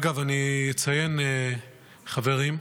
אגב, חברים,